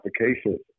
applications